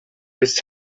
his